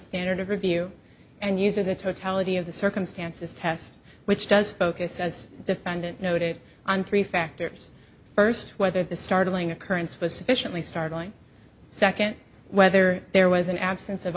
standard of review and uses the totality of the circumstances test which does focus as defendant noted on three factors first whether the startling occurrence was sufficiently startling second whether there was an absence of